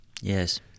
Yes